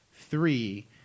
three